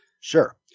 Sure